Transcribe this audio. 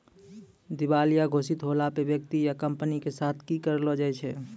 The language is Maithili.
दिबालिया घोषित होला पे व्यक्ति या कंपनी के साथ कि करलो जाय छै?